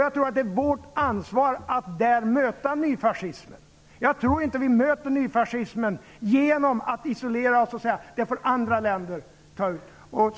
Jag tror att det är vårt ansvar att där möta nyfascismen. Jag tror inte att vi möter nyfascismen genom att isolera oss och säga att andra länder får ta hand om detta.